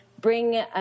Bring